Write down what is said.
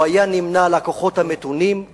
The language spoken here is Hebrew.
הוא היה נמנה עם הכוחות המתונים,